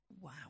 Wow